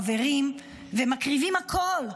חברים, ומקריבים הכול,